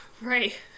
Right